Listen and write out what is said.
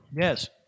Yes